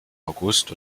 august